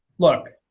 look,